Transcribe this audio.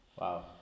Wow